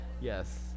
Yes